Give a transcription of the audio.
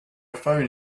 phone